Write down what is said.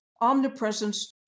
omnipresence